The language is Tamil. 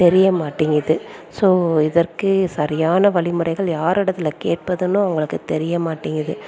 தெரிய மாட்டேங்கிது ஸோ இதற்கு சரியான வழிமுறைகள் யாரிடத்தில் கேட்பதுன்னும் அவங்களுக்கும் தெரிய மாட்டேங்கிது